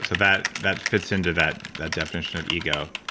so that that fits into that that definition of ego.